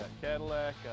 Cadillac